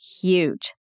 huge